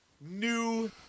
new